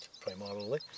primarily